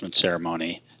ceremony